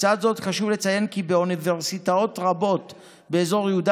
לצד זאת חשוב לציין כי באוניברסיטאות רבות באזור יהודה